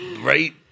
Right